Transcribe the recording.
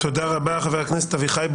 תודה רבה חבר הכנסת אביחי בוארון.